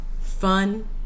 Fun